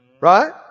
Right